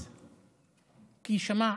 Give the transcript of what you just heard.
אין בעיה,